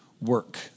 work